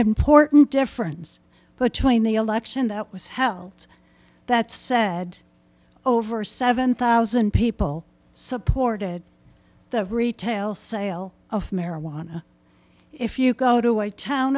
important difference between the election that was held that said over seven thousand people supported the retail sale of marijuana if you go to a town